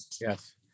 Yes